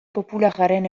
popularraren